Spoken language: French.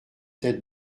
tête